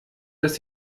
dass